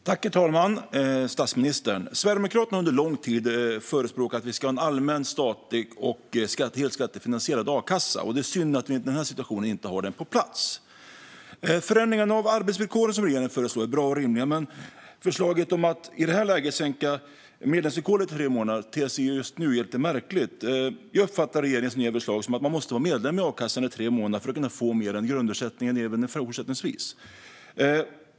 Herr talman, statsministern! Sverigedemokraterna har under lång tid förespråkat att vi ska ha en allmän, statlig och helt skattefinansierad akassa. Det är synd att vi i den här situationen inte har den på plats. Förändringarna av arbetsvillkoren som regeringen föreslår är bra och rimliga. Men förslaget om att i det här läget minska medlemsvillkoret till tre månader ter sig just nu lite märkligt. Jag uppfattar regeringens nya förslag som att man måste vara medlem i a-kassan i tre månader för att kunna få mer än grundersättningen även fortsättningsvis.